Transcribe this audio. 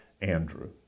Andrew